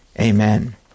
Amen